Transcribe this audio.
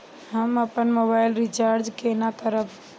हम अपन mobile recharge केना करब?